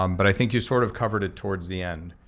um but i think you sort of covered it towards the end.